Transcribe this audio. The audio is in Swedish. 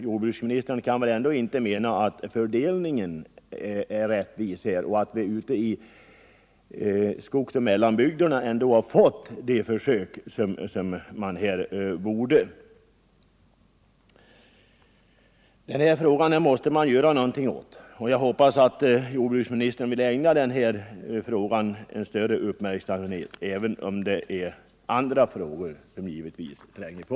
Jordbruksministern kan väl ändå inte mena att fördelningen är rättvis, att skogsoch mellanbygderna fått de anslag till försök som de borde ha? Den här saken måste man göra något åt. Jag hoppas att jordbruksministern vill ägna den större uppmärksamhet, även om många andra frågor tränger på.